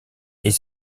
est